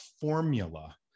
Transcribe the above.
formula